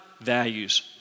values